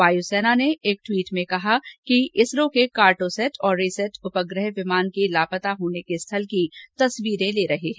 वायुसेना ने एक टवीट में कहा कि इसरो के कार्टोसैट और रिसैट उपग्रह विमान के लापता होने के स्थल की तस्वीरें ले रहे हैं